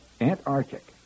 Antarctic